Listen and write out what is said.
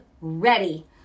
ready